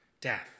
death